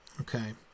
Okay